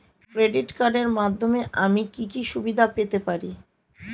Credit কার্ডের মাধ্যমে আমি কি কি সুবিধা পেতে পারি?